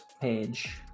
page